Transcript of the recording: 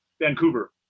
Vancouver